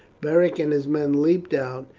beric and his men leapt out,